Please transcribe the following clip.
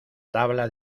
tabla